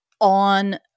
on